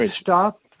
stop